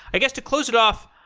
i guess, to close it off,